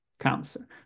cancer